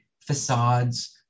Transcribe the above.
facades